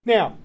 Now